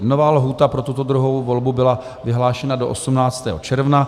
Nová lhůta pro tuto druhou volbu byla vyhlášena do 18. června.